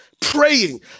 praying